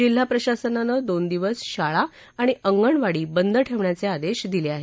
जिल्हाप्रशासनानं दोन दिवस शाळा आणि अंगणवाडी बंद ठेवण्याचे आदेश दिले आहेत